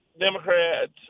Democrats